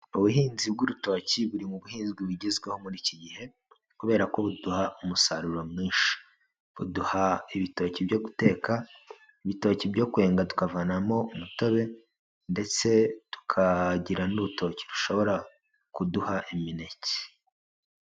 Ubuhinzi bw'urutoki buri mu buhinzi bugezweho muri iki gihe kubera ko buduha umusaruro mwinshi, buduha ibitoki byo guteka, ibitoki byo kwenga tukavanamo umutobe ndetse tukagira n'urutoki rushobora kuduha imineke.